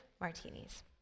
martinis